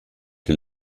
die